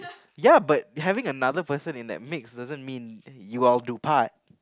ya but having another person in that mix doesn't mean you are of due part